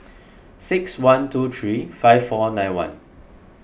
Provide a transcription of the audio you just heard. six one two three five four nine one